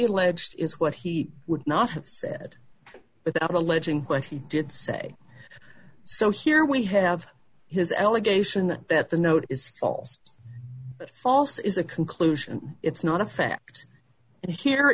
alleged is what he would not have said without alleging what he did say so here we have his allegation that the note is false but false is a conclusion it's not a fact and here